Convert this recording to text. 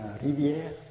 rivière